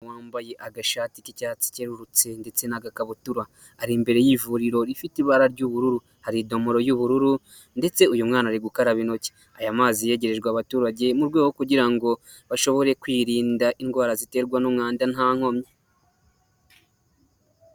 Wambaye agashati k'icyatsi cyerurutse ndetse n'agakabutura, ari imbere y'ivuriro rifite ibara ry'ubururu. Hari indomoro y'ubururu ndetse uyu mwana ari gukaraba intoki, aya mazi yegerejwe abaturage. Mu rwego kugira ngo bashobore kwirinda indwara ziterwa n'umwanda nta nkomyi.